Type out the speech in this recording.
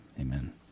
Amen